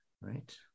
right